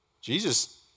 Jesus